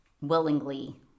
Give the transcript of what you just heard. willingly